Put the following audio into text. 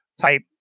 type